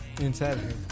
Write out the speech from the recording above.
Inside